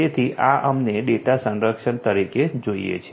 તેથી આ અમને ડેટા સંરક્ષણ તરીકે જોઈએ છે